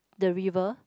the river